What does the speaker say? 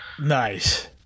nice